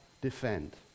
defend